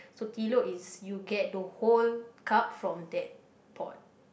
so is you get the whole cup from that pot